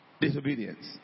disobedience